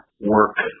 work